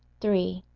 three.